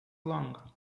long